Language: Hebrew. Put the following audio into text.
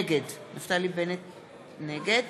נגד